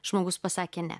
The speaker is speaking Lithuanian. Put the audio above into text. žmogus pasakė ne